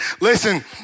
Listen